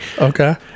Okay